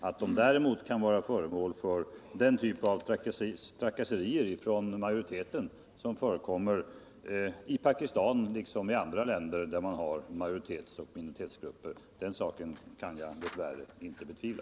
Att dessa människor däremot kan bli föremål för den typ av trakasserier ifrån majoriteten som förekommer i Pakistan, liksom i andra länder där man har majoritetsoch minoritetsgrupper, den saken kan jag dess värre inte betvivla.